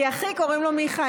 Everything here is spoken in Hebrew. כי אחי, קוראים לו מיכאל.